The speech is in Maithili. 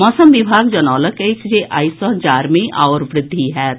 मौसम विभाग जनौलक अछि जे आइ सँ जाड़ मे आओर वृद्धि होयत